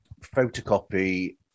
photocopy